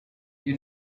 you